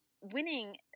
winning